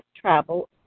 Travel